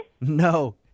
No